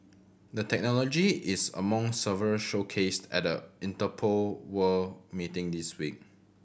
the technology is among several showcased at the Interpol World meeting this week